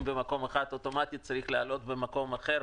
במקום אחד אוטומטית צריך להעלות במקום אחר,